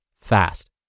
fast